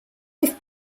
fifth